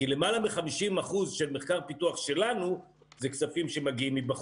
כי למעלה מ-50% של מחקר ופיתוח שלנו זה כספים שמגיעים מבחוץ.